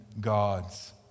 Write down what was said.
God's